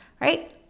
right